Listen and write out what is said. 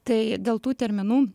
tai dėl tų terminų